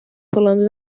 pulando